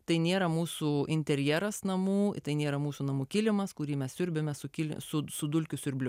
tai nėra mūsų interjeras namų tai nėra mūsų namų kilimas kurį mes siurbiame su dulkių siurbliu